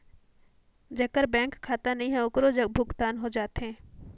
जेकर बैंक खाता नहीं है ओकरो जग भुगतान हो जाथे?